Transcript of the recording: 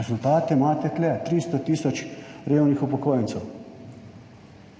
Rezultate imate tu, 300 tisoč revnih upokojencev.